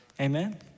Amen